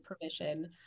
permission